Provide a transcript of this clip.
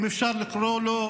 אם אפשר לקרוא לו,